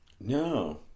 No